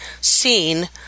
seen